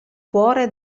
cuore